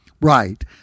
Right